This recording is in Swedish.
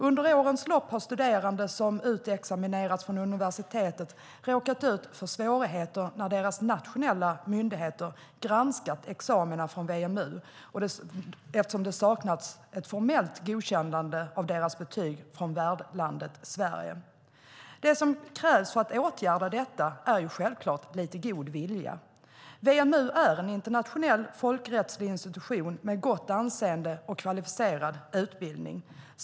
Under årens lopp har studerande som utexaminerats från universitetet råkat ut för svårigheter när deras nationella myndigheter granskat examina från WMU eftersom det saknats ett formellt godkännande av deras betyg från värdlandet Sverige. Det som krävs för att åtgärda detta är självklart lite god vilja. WMU är en internationell folkrättslig institution med gott anseende och kvalificerad utbildning.